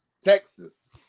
Texas